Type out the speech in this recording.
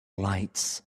lights